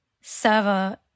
server